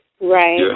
Right